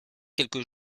quelques